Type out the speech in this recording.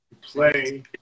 Play